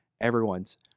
everyone's